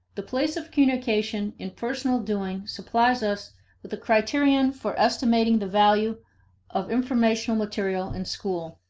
the place of communication in personal doing supplies us with a criterion for estimating the value of informational material in school.